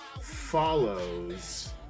follows